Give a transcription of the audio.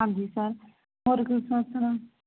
ਹਾਂਜੀ ਸਰ